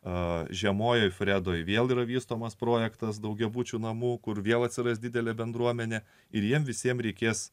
o žemojoje fredoje vėl yra vystomas projektas daugiabučių namų kur vėl atsiras didelė bendruomenė ir jiems visiems reikės